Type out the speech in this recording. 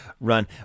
run